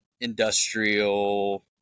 industrial